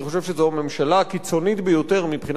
מבחינת עמדותיה המדיניות שהיתה אי-פעם.